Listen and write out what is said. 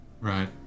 Right